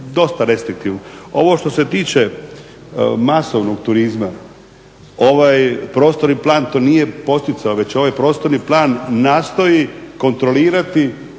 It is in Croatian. dosta restriktivan. Ovo što se tiče masovnog turizma ovaj prostorni plan to nije poticao, već ovaj prostorni plan nastoji kontrolirati